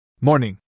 Morning